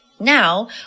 Now